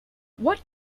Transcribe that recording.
what